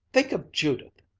think of judith!